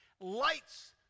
lights